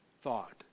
thought